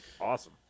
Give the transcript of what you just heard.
awesome